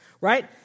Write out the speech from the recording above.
right